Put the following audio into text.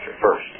first